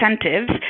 incentives